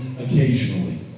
occasionally